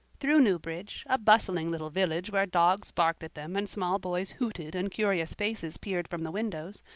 through newbridge, a bustling little village where dogs barked at them and small boys hooted and curious faces peered from the windows,